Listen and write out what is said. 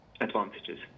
advantages